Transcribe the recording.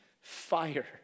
Fire